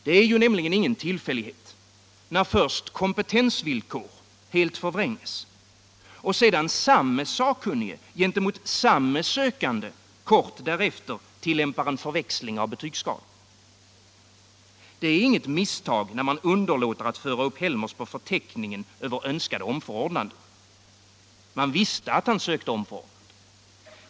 Det är nämligen ingen tillfällighet när först kompetensvillkor helt förvränges och sedan samme sakkunnige gentemot samme sökande kort därefter tillämpar en förväxling av betygsskalor. Det är inget misstag när man underlåter att föra upp Helmers på förteckningen över önskade omförordnanden. Man visste att han sökte omförordnande.